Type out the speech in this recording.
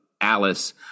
Alice